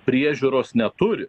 priežiūros neturi